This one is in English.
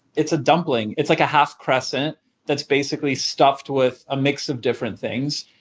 it's a dumpling. it's like a half crescent that's basically stuffed with a mix of different things.